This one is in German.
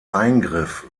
eingriff